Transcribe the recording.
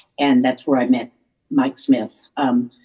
and that's where i met mike smith um,